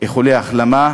איחולי החלמה.